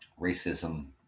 racism